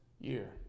year